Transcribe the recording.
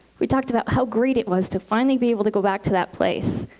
we talked about how great it was to finally be able to go back to that place,